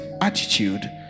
attitude